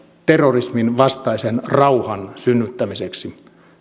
terrorismin vastaisen rauhan synnyttämiseksi